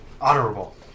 honorable